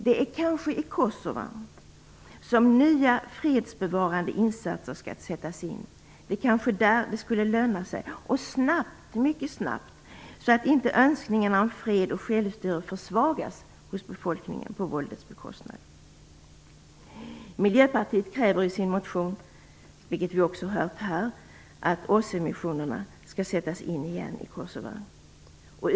Det är kanske i Kosova som nya fredsbevarande insatser skall sättas in. Det kanske är där det skulle löna sig. Insatserna måste dock sättas in snabbt, så snabbt att inte önskningarna om fred och självstyre försvagas hos befolkningen till främjande av våldet. Miljöpartiet kräver i sin motion, vilket vi också har hört här, att OSSE-missionerna åter skall sättas in i Kosova.